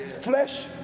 flesh